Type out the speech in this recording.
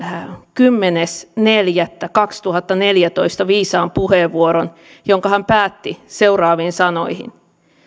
kymmenes neljättä kaksituhattaneljätoista viisaan puheenvuoron jonka hän päätti seuraaviin sanoihin